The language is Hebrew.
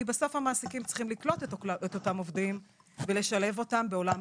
כי בסוף המעסיקים צריכים לקלוט את אותם עובדים ולשלב אותם בעבודה.